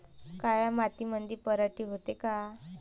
काळ्या मातीमंदी पराटी होते का?